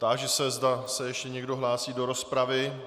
Táži se, zda se ještě někdo hlásí do rozpravy.